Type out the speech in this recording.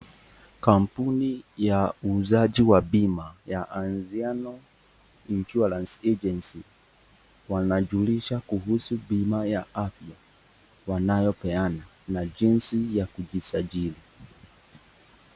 Kampuni ya uuzaji wa bima ya Anziano Insurance Agency wanajulisha kuhusu bima ya afya wanayopeana na jinsi ya kujisajili.